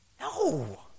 No